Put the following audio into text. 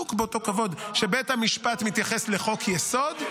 תתייחס בדיוק באותו כבוד שבית המשפט מתייחס לחוק-יסוד.